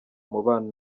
umubano